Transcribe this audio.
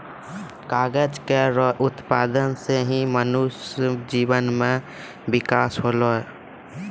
कागज केरो उत्पादन सें ही मनुष्य जीवन म बिकास होलै